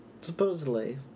Supposedly